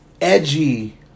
edgy